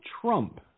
Trump